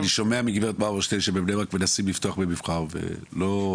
אני שומע מגברת מרמורשטיין שבבני ברק מנסים לפתוח במבחר ובינתיים.